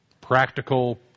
Practical